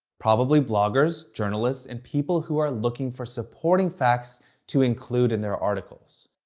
probably bloggers, journalists, and people who are looking for supporting facts to include in their articles.